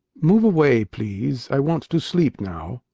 move away please, i want to sleep now.